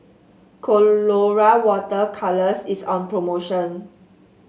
Colora Water Colours is on promotion